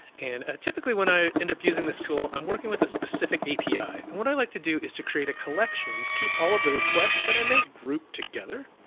and ah typically when i end up using this tool, i'm working with a specific api, and what i'd like to do is to create a collection to keep all of the requests that i make grouped together.